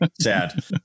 Sad